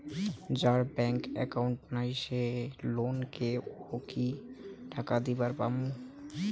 যার bank account নাই সেই লোক কে ও কি টাকা দিবার পামু?